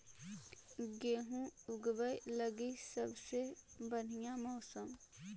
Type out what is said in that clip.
गेहूँ ऊगवे लगी सबसे बढ़िया मौसम?